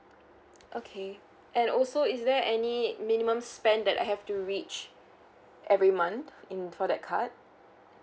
okay and also is there any minimum spend that I have to reach every month in for that card